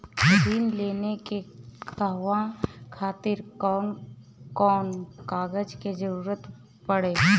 ऋण लेने के कहवा खातिर कौन कोन कागज के जररूत बाटे?